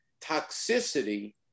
toxicity